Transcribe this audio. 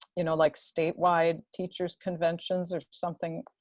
you know, like statewide teachers conventions or something,